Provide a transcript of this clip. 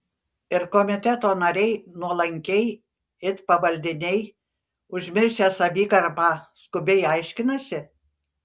ir komiteto nariai nuolankiai it pavaldiniai užmiršę savigarbą skubiai aiškinasi